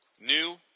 new